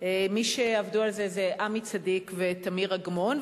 מי שעבדו על זה הם עמי צדיק ותמיר אגמון,